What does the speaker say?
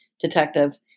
detective